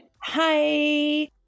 Hi